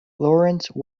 lawrence